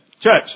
Church